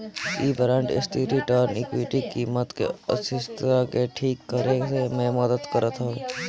इ बांड स्थिर return equity कीमत के अस्थिरता के ठीक करे में मदद करत हवे